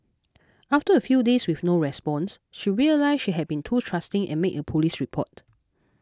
after a few days with no response she realised she had been too trusting and made a police report